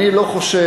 אני לא חושב,